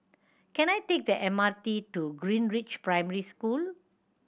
can I take the M R T to Greenridge Primary School